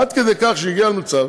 עד כדי כך שזה הגיע למצב